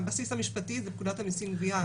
הבסיס המשפטי זה פקודת המיסים וגבייה.